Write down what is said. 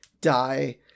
die